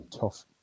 tough